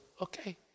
okay